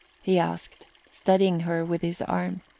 he asked, steadying her with his arm.